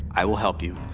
i will help you.